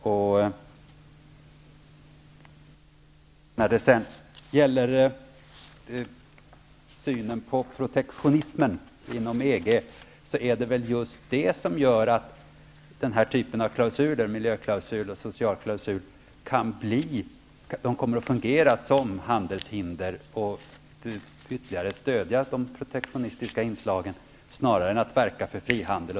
Det är just synen på protektionism inom EG som gör att denna typ av klausuler -- miljöklausuler och socialklausuler -- kommer att fungera som handelshinder och ytterligare stödja de protektionistiska inslagen snarare än verka för frihandel.